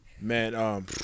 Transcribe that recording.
Man